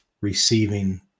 receiving